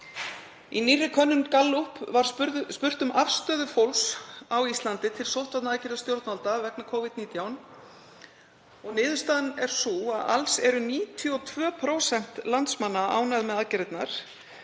Í nýrri könnun Gallup var spurt um afstöðu fólks á Íslandi til sóttvarnaaðgerða stjórnvalda vegna Covid-19. Niðurstaðan er sú að alls eru 92% landsmanna ánægð með aðgerðirnar.